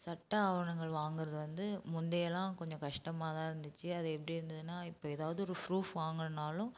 சட்ட ஆவணங்கள் வாங்குறது வந்து முந்தையெல்லாம் கொஞ்சம் கஷ்டமாக தான் இருந்துச்சு அது எப்படி இருந்துதுன்னா இப்போ ஏதாவது ஒரு ப்ரூஃப் வாங்கணுன்னாலும்